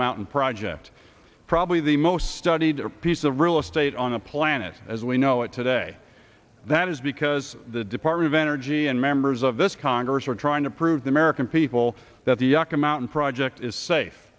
mountain project probably the most studied piece of real estate on the planet as we know it today that is because the department of energy and members of this congress are trying to prove the american people that the aca mountain project is safe